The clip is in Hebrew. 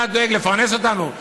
אתה דואג לפרנס אותנו?